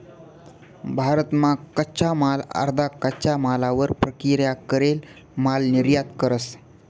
भारत मा कच्चा माल अर्धा कच्चा मालवर प्रक्रिया करेल माल निर्यात करस